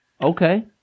Okay